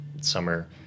summer